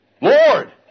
Lord